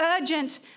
urgent